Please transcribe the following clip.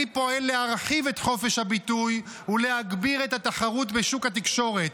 אני פועל להרחיב את חופש הביטוי ולהגביר את התחרות בשוק התקשורת.